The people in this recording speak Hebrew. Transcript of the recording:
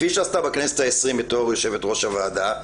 כפי שעשתה בכנסת ה-20 בתור יו"ר הוועדה,